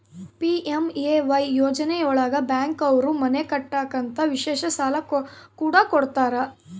PMAY ಯೋಜನೆ ಒಳಗ bank ಅವ್ರು ಮನೆ ಕಟ್ಟಕ್ ಅಂತ ವಿಶೇಷ ಸಾಲ ಕೂಡ ಕೊಡ್ತಾರ